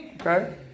Okay